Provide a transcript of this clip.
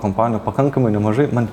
kompanijų pakankamai nemažai man